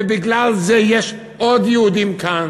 ובגלל זה יש עוד יהודים כאן.